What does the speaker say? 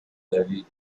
levy